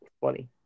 funny